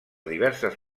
diverses